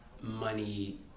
money